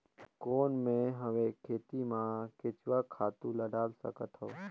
कौन मैं हवे खेती मा केचुआ खातु ला डाल सकत हवो?